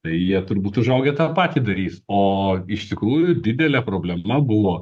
tai jie turbūt užaugę tą patį darys o iš tikrųjų didelė problema buvo